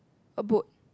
a boat